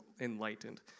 enlightened